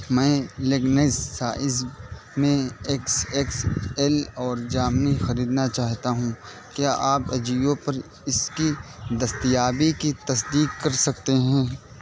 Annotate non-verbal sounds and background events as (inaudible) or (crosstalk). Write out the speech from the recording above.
میں (unintelligible) سائز میں X X L اور جامنی خریدنا چاہتا ہوں کیا آپ اجیو پر اس کی دستیابی کی تصدیق کر سکتے ہیں